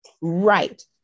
right